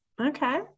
okay